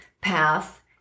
path